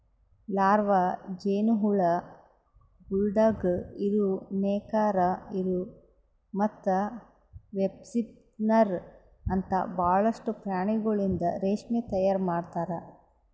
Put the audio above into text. larva, ಜೇನುಹುಳ, bulldog ಇರು, ನೇಕಾರ ಇರು ಮತ್ತ ವೆಬ್ಸ್ಪಿನ್ನರ್ ಅಂತ ಭಾಳಷ್ಟು ಪ್ರಾಣಿಗೊಳಿಂದ್ ರೇಷ್ಮೆ ತೈಯಾರ್ ಮಾಡ್ತಾರ